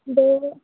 দৈ